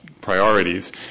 priorities